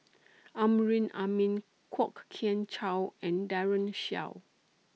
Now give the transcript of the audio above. Amrin Amin Kwok Kian Chow and Daren Shiau